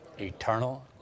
Eternal